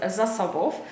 zasobów